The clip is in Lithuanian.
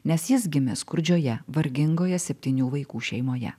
nes jis gimė skurdžioje vargingoje septynių vaikų šeimoje